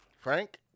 Frank